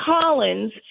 Collins